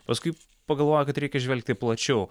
paskui pagalvojau kad reikia žvelgti plačiau